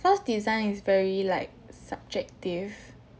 cause design is very like subjective